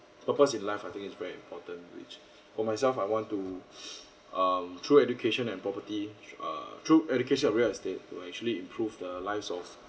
purpose in life I think it's very important which for myself I want to um through education and property uh through education or real estate to actually improve the lives of